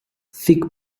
thick